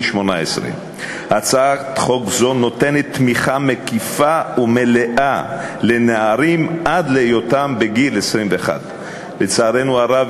18. הצעת חוק זו נותנת תמיכה מקיפה ומלאה עד גיל 21. לצערנו הרב,